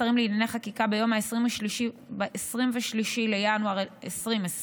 השרים לענייני חקיקה ביום 23 בינואר 2022,